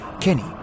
Kenny